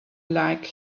like